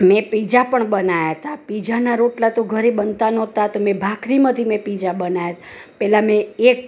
મેં પિત્ઝા પણ બનાયા તા પિત્ઝાના રોટલા તો ઘરે બનતા ન હતા તો મેં ભાખરીમાંથી મેં પિત્ઝા બનાવ્યા પહેલાં મેં એક